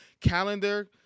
calendar